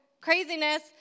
craziness